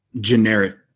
generic